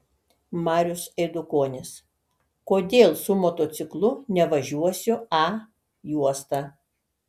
marius eidukonis kodėl su motociklu nevažiuosiu a juosta